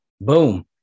boom